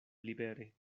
libere